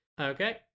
Okay